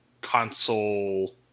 console